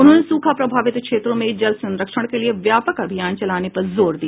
उन्होंने सूखा प्रभावित क्षेत्रों में जल संरक्षण के लिए व्यापक अभियान चलाने पर जोर दिया